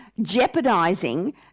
jeopardizing